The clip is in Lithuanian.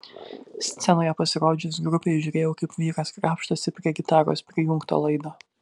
scenoje pasirodžius grupei žiūrėjau kaip vyras krapštosi prie gitaros prijungto laido